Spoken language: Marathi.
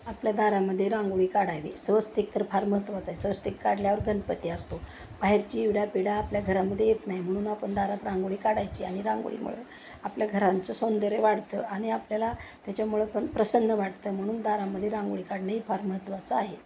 आपल्या दारामध्ये रांगोळी काढावी स्वस्तिक तर फार महत्त्वाचं आहे स्वस्तिक काढल्यावर गणपती असतो बाहेरची इडा पिडा आपल्या घरामध्ये येत नाही म्हणून आपण दारात रांगोळी काढायची आणि रांगोळीमुळं आपल्या घरांचं सौंदर्य वाढतं आणि आपल्याला त्याच्यामुळं पण प्रसन्न वाटतं म्हणून दारामध्ये रांगोळी काढणेही फार महत्त्वाचं आहे